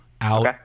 out